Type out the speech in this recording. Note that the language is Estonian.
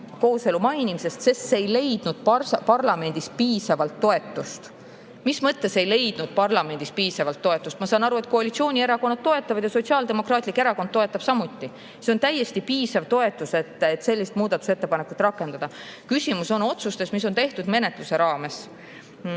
kooselu mainimisest, sest see ei leidnud parlamendis piisavalt toetust. Mis mõttes ei leidnud parlamendis piisavalt toetust? Ma saan aru, et koalitsioonierakonnad toetavad ja Sotsiaaldemokraatlik Erakond toetab samuti. See on täiesti piisav toetus, et sellist muudatusettepanekut rakendada. Küsimus on otsustes, mis on tehtud menetluse